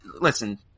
listen